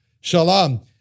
Shalom